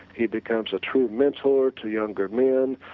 he becomes a true mentor to younger men,